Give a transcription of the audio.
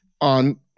on